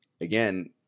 again